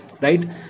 Right